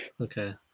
Okay